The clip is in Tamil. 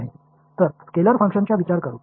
இங்கு ஸ்கேலார் ஃபங்ஷன் ஐ கருத்தில் கொள்வோம்